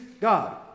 God